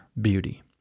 beauty